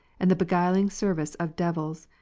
and the beguiling service of devils,